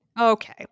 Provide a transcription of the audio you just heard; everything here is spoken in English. Okay